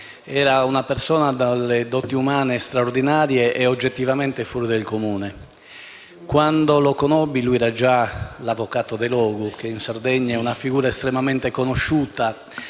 era una persona dalle doti umane straordinarie e oggettivamente fuori dal comune. Quando lo conobbi lui era già l'avvocato Delogu, una figura estremamente conosciuta